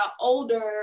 older